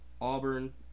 Auburn